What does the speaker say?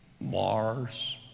Mars